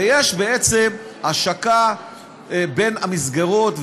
ויש בעצם השקה בין המסגרות,